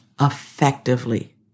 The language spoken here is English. effectively